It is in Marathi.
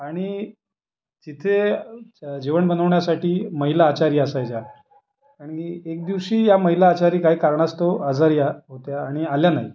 आणि तिथे जेवण बनवण्यासाठी महिला आचारी असायच्या आणि एक दिवशी या महिला आचारी काही कारणास्तव आजारी आ होत्या आणि आल्या नाहीत